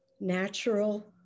natural